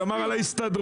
שמר על ההסתדרות,